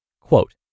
Quote